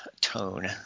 tone